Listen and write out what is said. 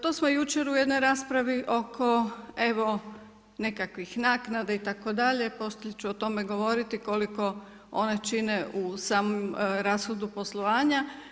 To smo jučer u jednoj raspravi oko evo nekakvih naknada itd. poslije ću o tome govoriti koliko one čine u samom rashodu poslovanja.